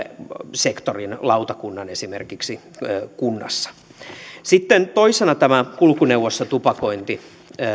sektorin lautakunnan esimerkiksi kunnassa sitten toisena tämä kulkuneuvossa tupakointi